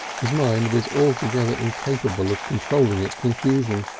his mind was altogether incapable of controlling its confusion.